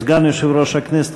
סגן יושב-ראש הכנסת,